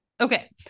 Okay